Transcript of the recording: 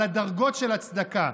על הדרגות של הצדקה.